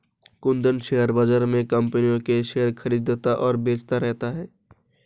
Kundan share बाज़ार में कम्पनियों के शेयर खरीदता और बेचता रहता है